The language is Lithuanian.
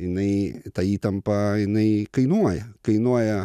jinai ta įtampa jinai kainuoja kainuoja